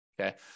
okay